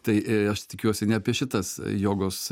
tai aš tikiuosi ne apie šitas jogos